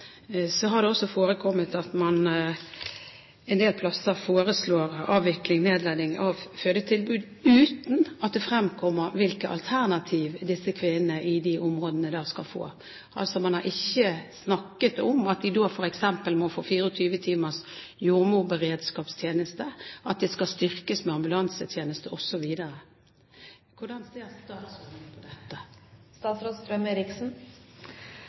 har det også forekommet at man en del plasser foreslår avvikling/nedlegging av fødetilbud uten at det fremkommer hvilke alternativer disse kvinnene i de områdene skal få. Man har altså ikke snakket om at de da f.eks. må få 24 timers jordmorberedskapstjeneste, at de skal styrkes med ambulansetjeneste osv. Hvordan ser statsråden på dette?